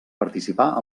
participar